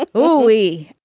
ah oh we